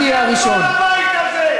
בית-משפט העליון.